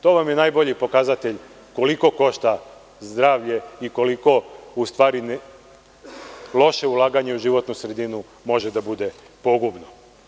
To vam je najbolji pokazatelj koliko košta zdravlje i koliko u stvari loše ulaganje u životnu sredinu može da bude pogubno.